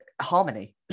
harmony